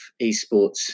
eSports